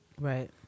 right